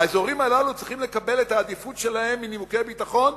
האזורים הללו צריכים לקבל את העדיפות שלהם מנימוקי ביטחון?